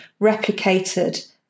replicated